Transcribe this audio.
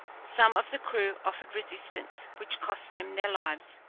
some of the crew offered resistance, which cost them their lives.